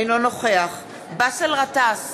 אינו נוכח באסל גטאס,